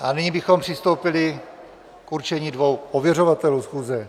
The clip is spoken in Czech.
A nyní bychom přistoupili k určení dvou ověřovatelů schůze.